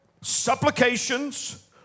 supplications